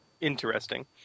Interesting